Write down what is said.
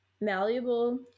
malleable